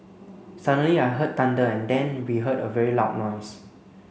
suddenly I heard thunder and then we heard a very loud noise